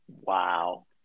Wow